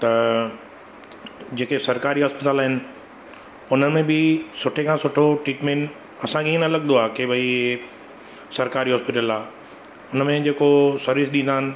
त जेके सरकारी अस्पताल आहिनि उनमें बि सुठे खां सुठो ट्रीटमेंट असांखे इहे न लॻंदो आहे कि भई सरकारी हॉस्पिटल आहे हुनमें जेको सर्विस ॾींदा आहिनि